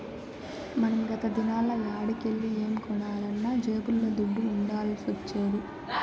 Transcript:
మనం గత దినాల్ల యాడికెల్లి ఏం కొనాలన్నా జేబుల్ల దుడ్డ ఉండాల్సొచ్చేది